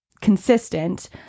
consistent